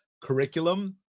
curriculum